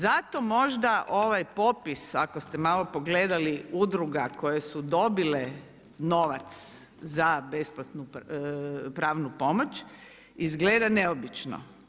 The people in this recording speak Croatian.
Zato, možda ovaj popis ako ste malo pogledali, udruga koje su dobile novac za besplatnu pravnu pomoć izgleda neobično.